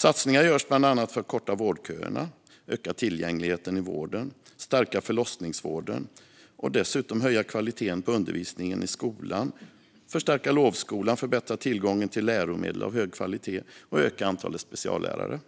Satsningar görs bland annat för att korta vårdköerna, öka tillgängligheten i vården, stärka förlossningsvården och dessutom höja kvaliteten på undervisningen i skolan, förstärka lovskolan, förbättra tillgången till läromedel av hög kvalitet och öka antalet speciallärare.